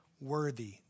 worthy